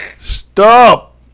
stop